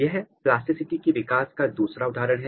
यह प्लास्टिसिटी के विकास का एक दूसरा उदाहरण है